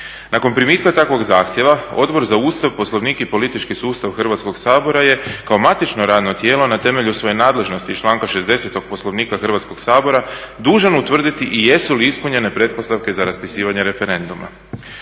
Nakon primitka takvog zahtjeva Odbor za Ustav, Poslovnik i politički sustav Hrvatskog sabora je kao matično radno tijelo na temelju svoje nadležnosti iz članka 60. Poslovnika Hrvatskog sabora dužan utvrditi i jesu li ispunjene pretpostavke za raspisivanje referenduma.